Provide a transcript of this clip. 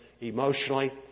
emotionally